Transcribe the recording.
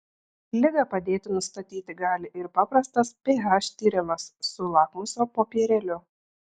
ligą padėti nustatyti gali ir paprastas ph tyrimas su lakmuso popierėliu